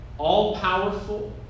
All-powerful